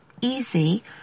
easy